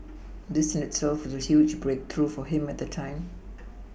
this in itself was a huge breakthrough for him at the time